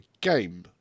game